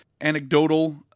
anecdotal